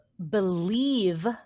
believe